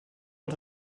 els